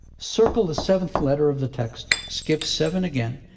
circle the seventh letter of the text, skip seven again,